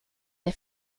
der